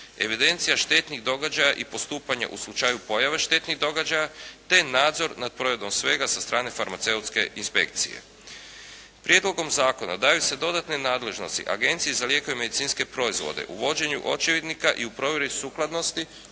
evidencija štetnih događaja i postupanje u slučaju pojave štetnih događaja, te nadzor nad provedbom svega sa strane farmaceutske inspekcije. Prijedlogom zakona daju se dodatne nadležnosti Agenciji za lijekove i medicinske proizvode, uvođenju očevidnika i u provjeri sukladnosti